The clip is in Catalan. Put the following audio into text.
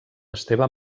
esteve